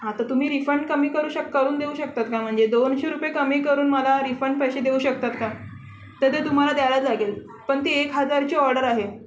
आता तुम्ही रिफंड कमी करू शक करून देऊ शकतात का म्हणजे दोनशे रुपये कमी करून मला रिफंड पैसे देऊ शकतात का तर ते तुम्हाला द्यायलाच लागेल पण ती एक हजारची ऑर्डर आहे